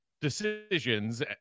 decisions